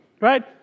right